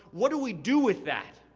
what do we do with that?